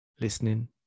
listening